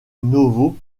novo